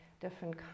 different